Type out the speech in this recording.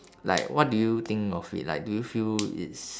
like what do you think of it like do you feel it's